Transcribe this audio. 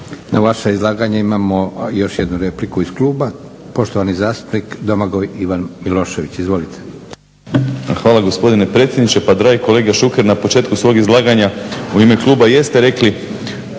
Na vaše izlaganje imamo još jednu repliku iz kluba. Poštovani zastupnik Domagoj Ivan Milošević, izvolite. **Milošević, Domagoj Ivan (HDZ)** Hvala gospodine predsjedniče. Pa dragi kolega Šuker, na početku svog izlaganja u ime kluba jeste rekli